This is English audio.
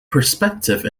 perspective